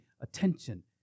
attention